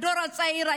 הדור הצעיר,